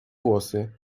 włosy